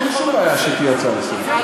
אין שום בעיה שהיא תהיה הצעה לסדר-היום.